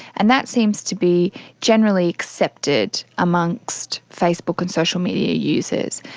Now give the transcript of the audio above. and that seems to be generally accepted amongst facebook and social media users.